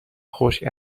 خشک